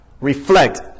reflect